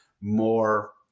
more